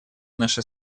наши